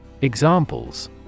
Examples